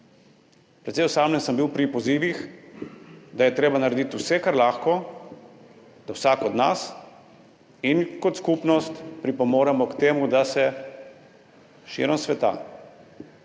Precej osamljen sem bil pri pozivih, da je treba narediti vse, kar lahko, da vsak od nas in kot skupnost pripomoremo k temu, da se širom sveta